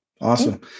Awesome